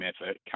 effort